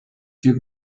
give